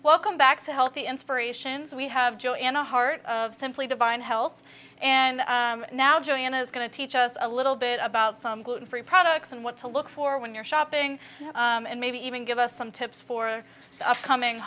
welcome back to healthy inspirations we have joe and a heart of simply divine health and now joanna is going to teach us a little bit about some gluten free products and what to look for when you're shopping and maybe even give us some tips for the upcoming